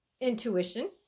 intuition